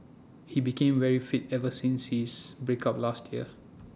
he became very fit ever since his break up last year